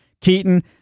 Keaton